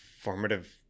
formative